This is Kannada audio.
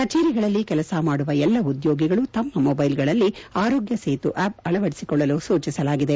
ಕಚೇರಿಗಳಲ್ಲಿ ಕೆಲಸ ಮಾಡುವ ಎಲ್ಲಾ ಉದ್ಯೋಗಿಗಳು ತಮ್ನ ಮೊಬ್ಸೆಲ್ಗಳಲ್ಲಿ ಆರೋಗ್ಯ ಸೇತು ಆಪ್ ಅಳವಡಿಸಿಕೊಳ್ಳಲು ಸೂಚಿಸಲಾಗಿದೆ